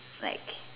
like